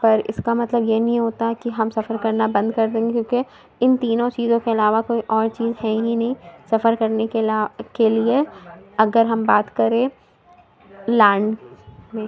پر اس کا مطلب یہ نہیں ہوتا ہے کہ ہم سفر کرنا بند کر دیں کیونکہ ان تینوں چیزوں کے علاوہ کوئی اور چیز ہے ہی نہیں سفر کرنے کے لا کے لیے اگر ہم بات کریں لانڈ میں